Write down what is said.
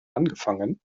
angefangen